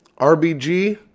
Rbg